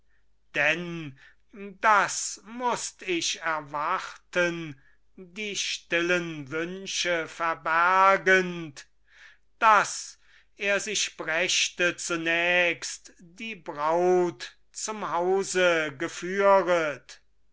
denn das mußt ich erwarten die stillen wünsche verbergend daß er sich brächte zunächst die braut zum hause geführet